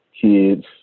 Kids